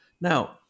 Now